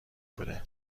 بوده